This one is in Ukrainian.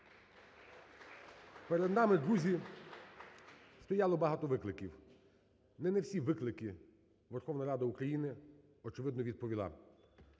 Перед нами, друзі, стояло багато викликів, не на всі виклики держава Україна, очевидно, відповіла.